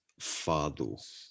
fado